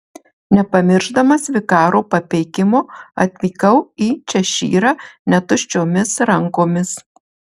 nepamiršdamas vikaro papeikimo atvykau į češyrą ne tuščiomis rankomis